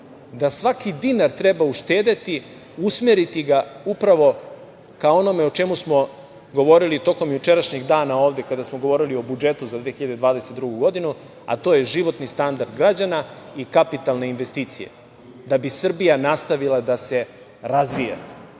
da svaki dinar treba uštedeti, usmeriti ga upravo ka onome o čemu smo govorili tokom jučerašnjeg dana ovde kada smo govorili o budžetu za 2022. godinu, a to je životni standard građana i kapitalne investicije. Da bi Srbija nastavila da se razvija,